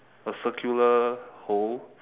a circular hole